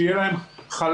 שתהיה להם חל"ת,